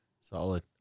Solid